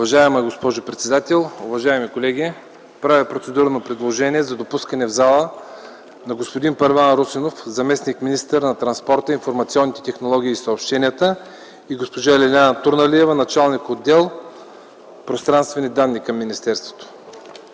Уважаема госпожо председател, уважаеми колеги! Правя процедурно предложение за допускане в зала на господин Първан Русинов – заместник-министър на транспорта, информационните технологии и съобщенията, и госпожа Лиляна Турналиева – началник отдел „Пространствени данни” към министерството.